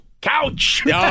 couch